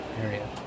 area